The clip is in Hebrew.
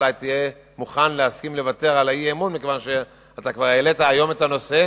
אולי תהיה מוכן להסכים לוותר על האי-אמון כי העלית היום את הנושא